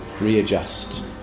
readjust